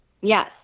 Yes